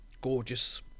gorgeous